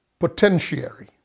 potentiary